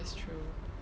that's true